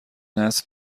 نسل